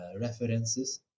references